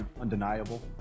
undeniable